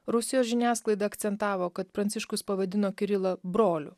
rusijos žiniasklaida akcentavo kad pranciškus pavadino kirilą broliu